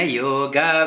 yoga